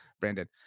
Brandon